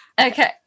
okay